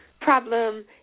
problem